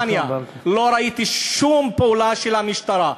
לא ראיתי שום פעולה של המשטרה.